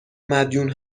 مدیون